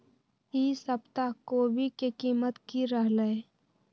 ई सप्ताह कोवी के कीमत की रहलै?